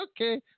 okay